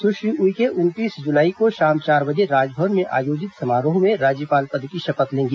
सुश्री उइके उनतीस जुलाई को शाम चार बजे राजभवन में आयोजित समारोह में राज्यपाल पद की शपथ लेंगी